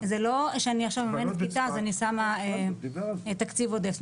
זה לא שאני מממנת עכשיו כיתה אז אני שמה תקציב עודף.